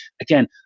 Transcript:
Again